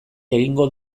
egingo